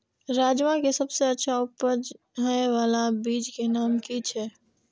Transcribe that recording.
राजमा के सबसे अच्छा उपज हे वाला बीज के नाम की छे?